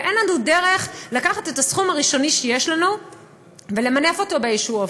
ואין לנו דרך לקחת את הסכום הראשוני שיש לנו ולמנף אותו באיזה אופן.